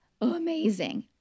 amazing